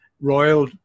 royal